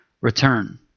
return